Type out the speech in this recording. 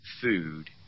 food